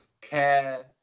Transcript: care